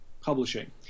publishing